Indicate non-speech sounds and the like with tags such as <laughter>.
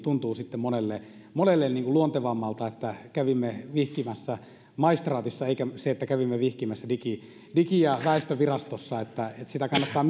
monelle monelle tuntuu luontevammalta että kävimme vihittävinä maistraatissa kuin se että kävimme vihittävinä digi ja väestötietovirastossa sitä kannattaa <unintelligible>